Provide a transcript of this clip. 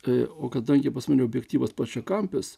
kai o kada jie pas mane objektyvas plačiakampis